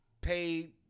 pay